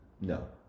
No